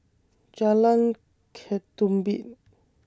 Jalan Ketumbit